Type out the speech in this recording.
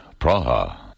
Praha